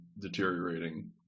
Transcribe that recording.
deteriorating